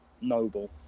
noble